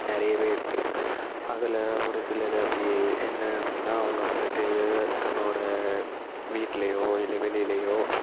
நிறையவே இருக்கு அதில் ஒரு சிலது அப்படி என்ன அப்படின்னா அவங்க வந்துவிட்டு தன்னோட வீட்லையோ இல்லை வெளிலையோ